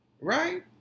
right